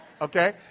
Okay